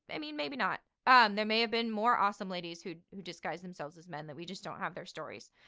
i mean maybe not um there may have been more awesome ladies who who disguise themselves as men that we just don't have their stories.